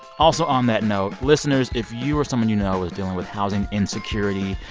also, on that note, listeners, if you or someone you know is dealing with housing insecurity,